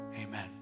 amen